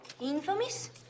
Infamous